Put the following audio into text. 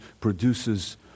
produces